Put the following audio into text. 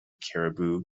cariboo